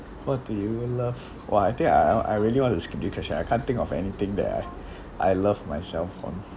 what do you love !wah! I think I I I really want to skip this question I can't think of anything that I I love myself on